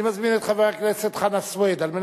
אני מזמין את חבר הכנסת חנא סוייד כדי